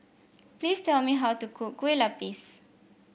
please tell me how to cook Kue Lupis